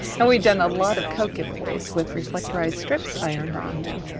and we've done a lot of coat giveaways with reflectorized strips ironed on them.